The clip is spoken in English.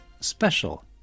Special